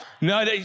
No